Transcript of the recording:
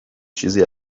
چیزی